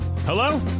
Hello